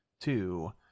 two